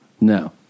No